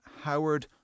Howard